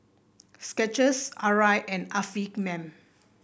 Skechers Arai and Afiq Man